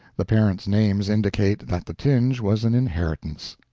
the parents' names indicate that the tinge was an inheritance.